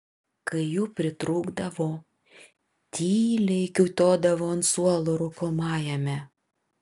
kai jų pritrūkdavo tyliai kiūtodavo ant suolo rūkomajame